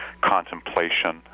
contemplation